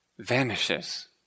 vanishes